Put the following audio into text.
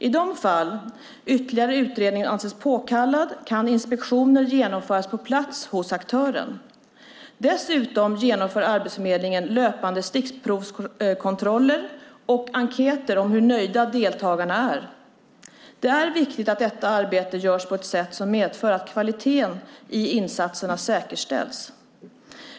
I de fall ytterligare utredning anses påkallad kan inspektioner genomföras på plats hos aktören. Dessutom genomför Arbetsförmedlingen löpande stickprovskontroller och enkäter om hur nöjda deltagarna är. Det är viktigt att detta arbete görs på ett sätt som medför att kvaliteten i insatserna säkerställs.